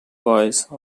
voice